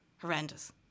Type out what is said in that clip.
horrendous